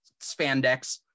spandex